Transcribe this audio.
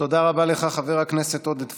תודה רבה לך, חבר הכנסת עודד פורר.